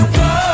go